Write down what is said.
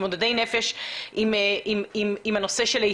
עם זאת,